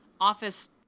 office